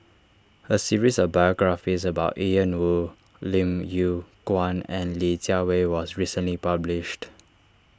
a series of biographies about Ian Woo Lim Yew Kuan and Li Jiawei was recently published